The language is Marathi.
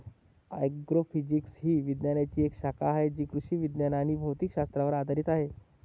ॲग्रोफिजिक्स ही विज्ञानाची एक शाखा आहे जी कृषी विज्ञान आणि भौतिक शास्त्रावर आधारित आहे